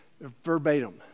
Verbatim